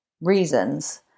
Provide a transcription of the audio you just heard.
reasons